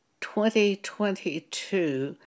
2022